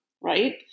right